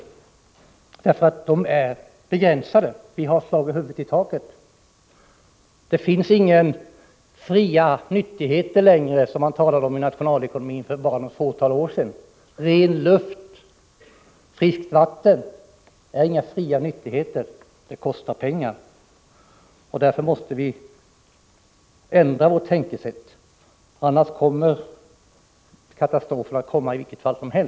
Resurserna är ju begränsade. Vi har redan slagit huvudet i taket. Det finns inga fria nyttigheter längre, som man talade om inom nationalekonomin för bara några år sedan. Ren luft och friskt vatten är inga fria nyttigheter, utan sådant kostar pengar. Därför måste vi förändra vårt sätt att tänka. I annat fall — det råder inget tvivel om den saken — kommer en katastrof att inträffa.